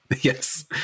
Yes